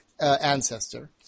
ancestor